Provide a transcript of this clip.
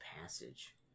Passage